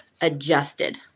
adjusted